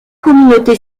communauté